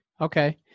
Okay